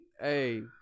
Hey